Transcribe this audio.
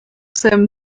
seinem